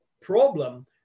problem